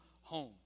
home